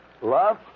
Love